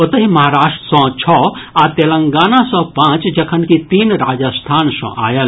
ओतहि महाराष्ट्र सँ छओ आ तेलंगाना सँ पांच जखनकि तीन राजस्थान सँ आयल